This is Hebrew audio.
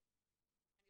אנחנו